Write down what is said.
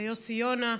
ויוסי יונה,